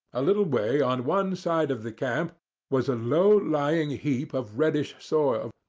a little way on one side of the camp was a low-lying heap of reddish soil,